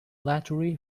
lottery